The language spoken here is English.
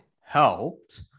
helped